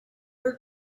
her